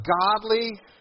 godly